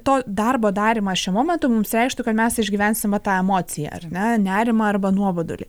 to darbo darymas šiuo momentu mums reikštų kad mes išgyvensim va tą emociją ar ne nerimą arba nuobodulį